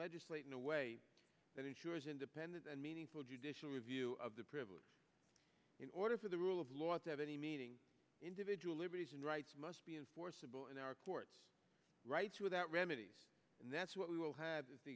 legislate in a way that ensures independent and meaningful judicial review of the privilege in order for the rule of law to have any meaning individual liberties and rights must be enforceable in our courts right to that remedies and that's what we will have is the